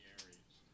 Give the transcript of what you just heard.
areas